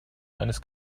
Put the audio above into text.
eines